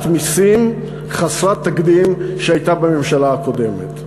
מסים חסרת תקדים שהייתה בממשלה הקודמת.